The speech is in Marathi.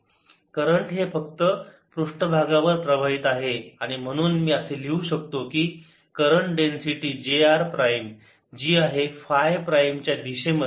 करंट हे फक्त पृष्ठभागावर प्रवाहित आहे आणि म्हणून मी असे लिहू शकतो की current density j r prime जी आहे फाय प्राईम च्या दिशेमध्ये